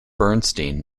bernstein